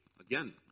Again